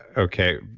okay.